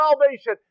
salvation